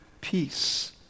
peace